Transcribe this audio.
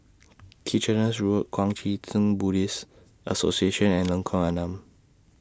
Kitchener Road Kuang Chee Tng Buddhist Association and Lengkong Enam